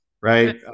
right